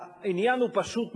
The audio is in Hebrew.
העניין הוא פשוט מאוד.